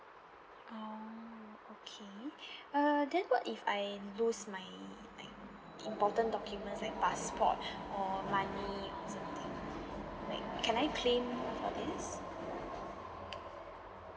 orh okay err then what if I lose my my important documents like passport or money or something like can I claim for this